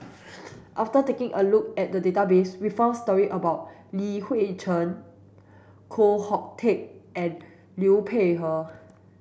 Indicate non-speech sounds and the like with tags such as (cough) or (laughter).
(noise) Mafter taking a look at the database we found stories about Li Hui Cheng Koh Hoon Teck and Liu Peihe